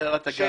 ערוץ הכנסת,